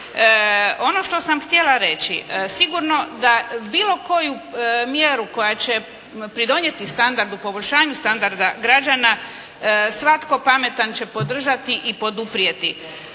Ono što sam htjela reći. Sigurno da bilo koju mjeru koja će pridonijeti standardu, poboljšanju standarda građana svatko pametan će podržati i poduprijeti.